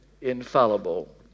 infallible